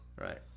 Right